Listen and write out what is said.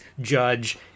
judge